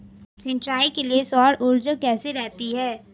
सिंचाई के लिए सौर ऊर्जा कैसी रहती है?